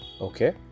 Okay